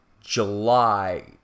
July